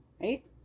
right